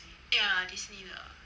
ya disney 的